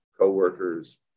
co-workers